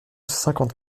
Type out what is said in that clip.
cinquante